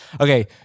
Okay